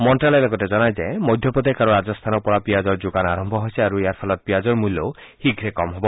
মন্ত্যালয়ে লগতে জনায় যে মধ্যপ্ৰদেশ আৰু ৰাজস্থানৰ পৰা পিয়াজৰ যোগান আৰম্ভ হৈছে আৰু ইয়াৰ ফলত পিয়াজৰ মূল্যও শীষ্ৰে কম হ'ব